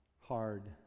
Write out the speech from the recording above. hard